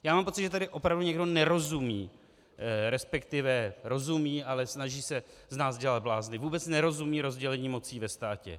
Já mám pocit, že tady opravdu někdo nerozumí, respektive rozumí, ale snaží se z nás dělat blázny, vůbec nerozumí rozdělení mocí ve státě.